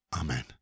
Amen